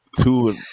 two